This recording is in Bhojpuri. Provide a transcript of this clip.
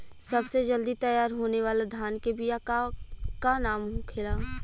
सबसे जल्दी तैयार होने वाला धान के बिया का का नाम होखेला?